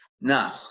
Now